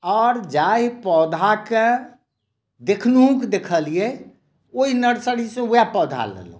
आ जाहि पौधाकेँ देखलहुॅं देखलियै ओहि नर्सरी सँ वएह पौधा लेलियै